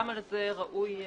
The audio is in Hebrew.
גם על זה ראוי להגן.